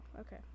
Okay